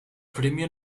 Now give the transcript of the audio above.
premio